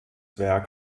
werk